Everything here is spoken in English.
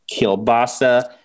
kielbasa